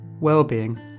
well-being